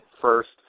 first